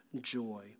joy